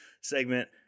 segment